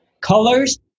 colors